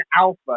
Alpha